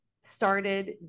started